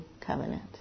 covenant